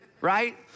right